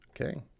Okay